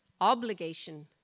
obligation